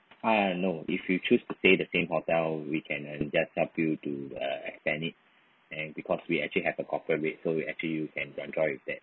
ah no if you choose to stay the same hotel we can just help you to uh extend it and because we actually have a corporate rate so we actually you can enjoy with that